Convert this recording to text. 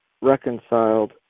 reconciled